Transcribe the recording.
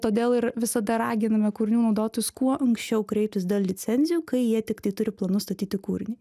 todėl ir visada raginame kūrinių naudotojus kuo anksčiau kreiptis dėl licencijų kai jie tiktai turi planus statyti kūrinį